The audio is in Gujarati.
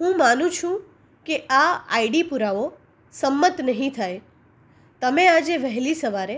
હું માનું છું કે આ આઈડી પુરાવો સંમત નહીં થાય તમે આજે વહેલી સવારે